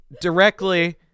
directly